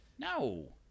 No